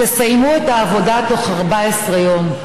תסיימו את העבודה בתוך 14 יום,